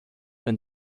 and